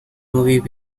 movie